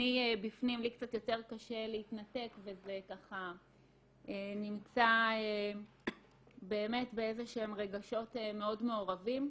בפנים לי קצת יותר קשה להתנתק וזה נמצא באיזה שהם רגשות מאוד מעורבים.